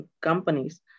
companies